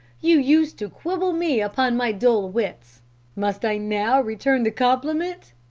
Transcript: you used to quibble me upon my dull wits must i now return the compliment?